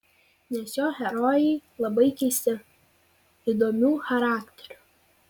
nes jo herojai labai keisti įdomių charakterių